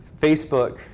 Facebook